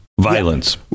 Violence